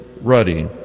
ruddy